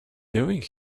doing